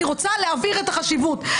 אני רוצה להעביר את החשיבות.